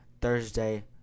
Thursday